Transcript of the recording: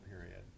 period